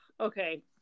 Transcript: Okay